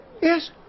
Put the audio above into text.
Yes